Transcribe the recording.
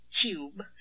cube